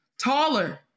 taller